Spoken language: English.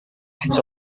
pit